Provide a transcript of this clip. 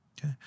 okay